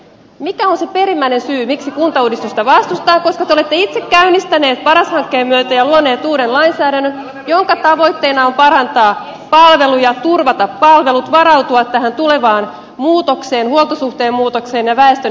mikä on se perimmäinen syy miksi kuntauudistusta vastustatte koska te olette itse käynnistäneet sen paras hankkeen myötä ja luoneet uuden lainsäädännön jonka tavoitteena on parantaa palveluja turvata palvelut varautua tähän tulevaan muutokseen huoltosuhteen muutokseen ja väestön ikääntymiseen